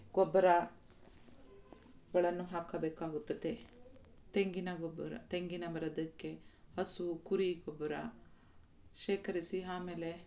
ಗೊಬ್ಬರಗಳನ್ನು ಹಾಕಬೇಕಾಗುತ್ತದೆ ತೆಂಗಿನ ಗೊಬ್ಬರ ತೆಂಗಿನ ಮರಕ್ಕೆ ಹಸು ಕುರಿ ಗೊಬ್ಬರ ಶೇಖರಿಸಿ ಆಮೇಲೆ